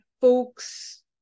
folks